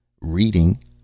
Reading